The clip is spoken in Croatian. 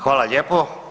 Hvala lijepo.